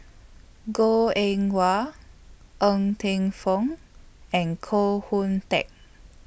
Goh Eng Wah Ng Teng Fong and Koh Hoon Teck